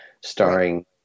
starring